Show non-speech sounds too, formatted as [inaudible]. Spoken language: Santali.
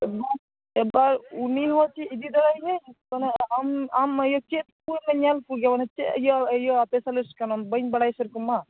[unintelligible] ᱮᱵᱟᱨ ᱮᱵᱟᱨ ᱩᱱᱤᱦᱚᱸ ᱠᱤ ᱤᱫᱤᱫᱟᱲᱮᱭᱟᱭᱟᱭ [unintelligible] ᱟᱢ ᱟᱢ ᱤᱭᱟᱹ ᱪᱮᱫᱽ ᱠᱚᱢ ᱧᱮᱞ ᱠᱚᱜᱮ ᱚᱱᱟ ᱪᱮᱫᱽ ᱤᱭᱟᱹ ᱤᱭᱟᱹ ᱪᱮᱫ ᱥᱯᱮᱥᱟᱞᱤᱥᱴ ᱠᱟᱱᱟᱢ ᱵᱟᱹᱧ ᱵᱟᱲᱟᱭᱟ ᱥᱮᱨᱚᱠᱚᱢ ᱢᱟ